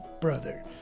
brother